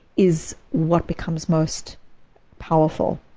is what becomes most powerful.